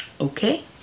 Okay